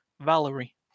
Valerie